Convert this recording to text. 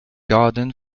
garden